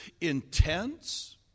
intense